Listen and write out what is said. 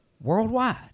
worldwide